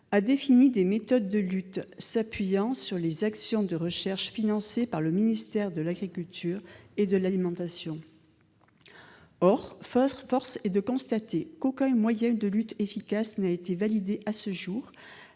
a défini des méthodes de lutte s'appuyant sur les actions de recherche financées par le ministère de l'agriculture et de l'alimentation. Or force est de constater qu'aucun moyen de lutte efficace n'a été validé à ce jour,